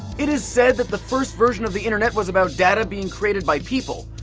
it is said that the first version of the internet was about data being created by people,